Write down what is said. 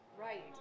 right